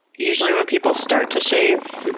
usually when people start to shave,